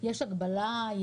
יש הגבלה?